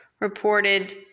reported